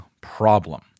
problem